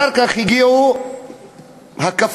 אחר כך הגיעו הקווקזים,